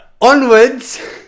Onwards